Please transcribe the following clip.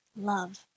love